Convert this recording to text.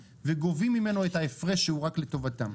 וגובים ממנו את ההפרש שהוא רק לטובתם.